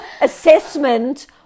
assessment